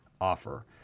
offer